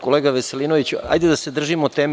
Kolega Veselinoviću, hajde da se držimo teme.